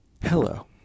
hello